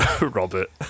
Robert